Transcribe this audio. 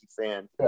fan